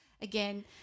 Again